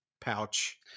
pouch